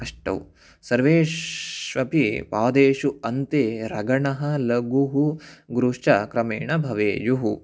अष्टौ सर्वेष्वपि पादेषु अन्ते रगणः लगुः गुरुश्च क्रमेण भवेयुः